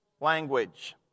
language